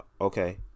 Okay